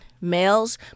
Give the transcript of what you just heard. males